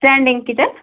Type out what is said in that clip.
standing kitchen